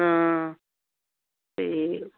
ਹਾਂ ਅਤੇ